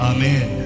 Amen